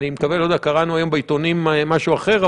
קראנו היום בעיתונים משהו אחר,